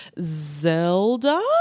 Zelda